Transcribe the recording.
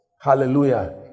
Hallelujah